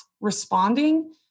responding